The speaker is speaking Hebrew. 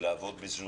לעבוד בזום.